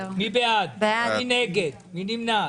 מי נגד, מי נמנע?